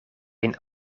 een